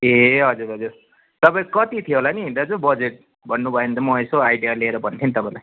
ए हजुर हजुर तपाईँको कति थियो होला नि दाजु बजेट भन्नु भयो भने त म यसो आइडिया लिएर भन्थेँ नि तपाईँलाई